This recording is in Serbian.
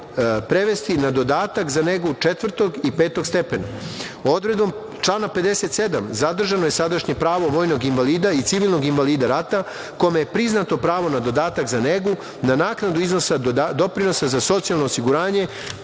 na dodatak za negu četvrtog i petog stepena. Odredbom člana 57. zadržano je sadašnje pravo vojnog invalida i civilnog invalida rata, kome je priznato pravo na dodatak za negu, na naknadu iznosa doprinosa za socijalno osiguranje,